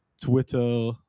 Twitter